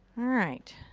alright.